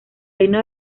reino